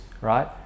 right